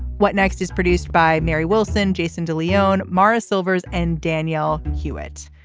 what next is produced by mary wilson jason de leon morris silvers and danielle hewett.